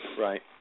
Right